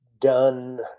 done